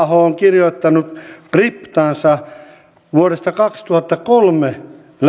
aho on kirjoittanut scriptaansa vuodesta kaksituhattakolme lähtien